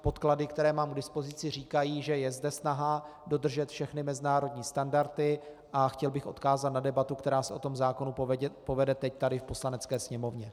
Podklady, které mám k dispozici, říkají, že je zde snaha dodržet všechny mezinárodní standardy, a chtěl bych odkázat na debatu, která se k tomuto zákonu povede tady teď v Poslanecké Sněmovně.